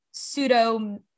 pseudo